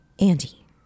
Andy